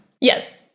Yes